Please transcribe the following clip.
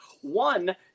One